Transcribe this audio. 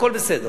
הכול בסדר.